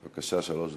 בבקשה, שלוש דקות.